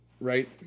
right